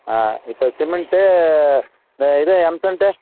ஆ இப்போ சிமெண்ட்டு இது M sand